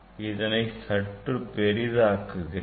இதனை சற்று பெரிதாக்குகிறேன்